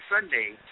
Sunday